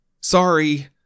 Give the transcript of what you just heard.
Sorry